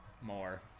More